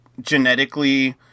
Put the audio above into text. genetically